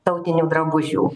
tautinių drabužių